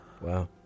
Wow